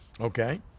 Okay